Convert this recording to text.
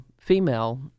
female